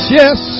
yes